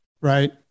Right